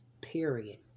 Period